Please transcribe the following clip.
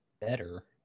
Better